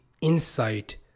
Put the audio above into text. insight